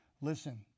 Listen